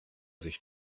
sich